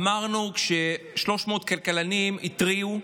אמרנו כש-300 כלכלנים התריעו,